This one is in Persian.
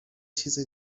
چیز